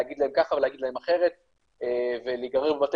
להגיד להם ככה ולהגיד להם אחרת ולהיגרר בבתי